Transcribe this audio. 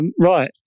Right